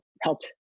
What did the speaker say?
helped